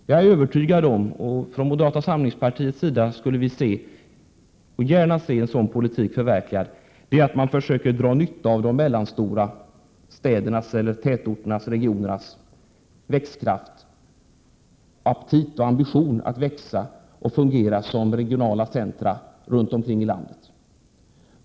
Jag är övertygad om — och moderata samlingspartiet skulle gärna se en sådan politik förverkligad — att man bör försöka dra nytta av de mellanstora städernas, tätorternas och regionernas tillväxt, aptit och ambition att växa och fungera som regionala centra runt omkring i landet.